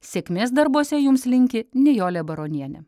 sėkmės darbuose jums linki nijolė baronienė